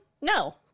No